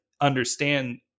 understand